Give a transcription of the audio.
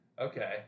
Okay